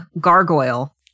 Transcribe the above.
gargoyle